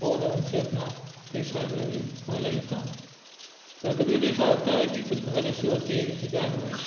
और उनसे अपना पैसा जो है वह ले लेता हूँ और कभी कभी ऐसा होता है कि कुछ फसल ऐसे होती है जैसे कि आलू है